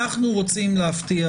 אנחנו רוצים להבטיח,